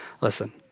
listen